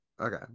okay